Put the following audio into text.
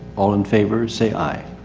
all in favor, say aye.